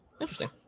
Interesting